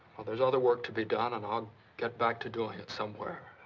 well, there's other work to be done. and i'll get back to doing it somewhere.